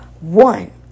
One